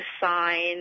sign